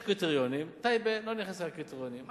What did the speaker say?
יש קריטריונים, טייבה לא נכנסה לקריטריונים.